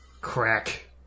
Crack